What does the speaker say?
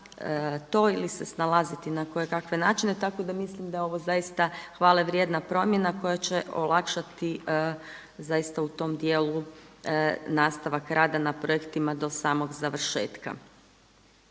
to ili se snalaziti na kojekakve načine, tako da mislim da je ovo zaista hvale vrijedna promjena koja će olakšati zaista u tom dijelu nastavak rada na projektima do samog završetka.